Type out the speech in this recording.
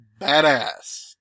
badass